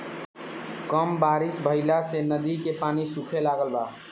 कम बारिश भईला से नदी के पानी सूखे लागल बा